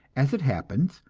as it happens,